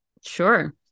sure